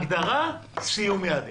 הגדרה, סיום יעדים.